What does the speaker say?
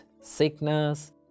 sickness